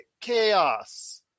chaos